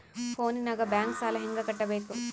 ಫೋನಿನಾಗ ಬ್ಯಾಂಕ್ ಸಾಲ ಹೆಂಗ ಕಟ್ಟಬೇಕು?